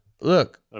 look